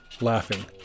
Laughing